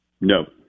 No